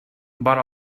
vora